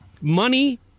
money